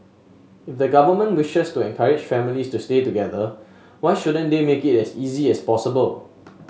if the government wishes to encourage families to stay together why shouldn't they make it as easy as possible